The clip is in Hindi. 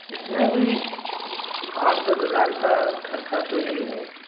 इसमें अभी आठ दस हज़ार का खर्चा तो है ही है